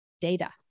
data